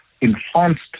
enhanced